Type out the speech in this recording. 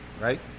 right